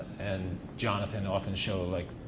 and jonathan often show, like,